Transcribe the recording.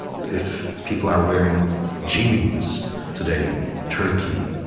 if people are wearing jeans today in turkey,